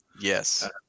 Yes